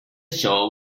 show